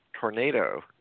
tornado